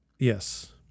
Yes